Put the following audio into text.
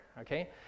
okay